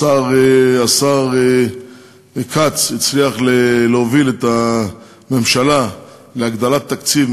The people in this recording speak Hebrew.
השר כץ הצליח להוביל את הממשלה להגדלת התקציב,